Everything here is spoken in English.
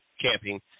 camping